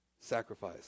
sacrifice